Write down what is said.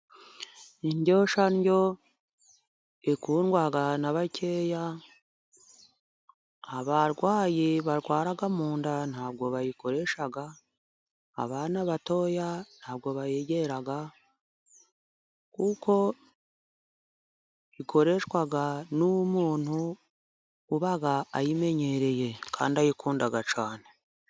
Indyoshyandyo ikundwa na bakeya, abarwayi barwara mu nda ntabwo bayikoresha, abana batoya ntabwo bayegera, kuko ikoreshwa n'umuntu uba ayimenyereye kandi ayikunda cyane.